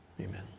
amen